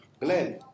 Glenn